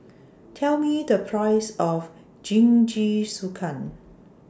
Tell Me The Price of Jingisukan